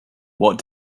what